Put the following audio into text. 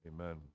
Amen